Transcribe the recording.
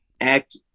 act